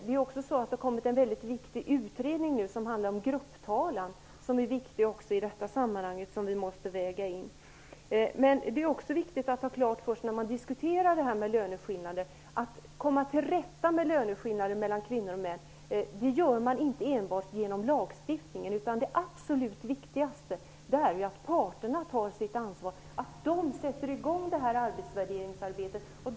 Det har kommit en väldigt viktig utredning om grupptalan som är viktig också i detta sammanhang och som vi måste väga in. När man diskuterar löneskillnader är det också viktigt att ha klart för sig att man inte enbart genom lagstiftning kan komma till rätta med löneskillnader mellan kvinnor och män. Det absolut viktigaste är att parterna tar sitt ansvar, att de sätter i gång med arbetsvärdering.